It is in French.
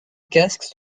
casques